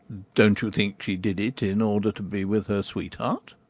don't you think she did it in order to be with her sweetheart?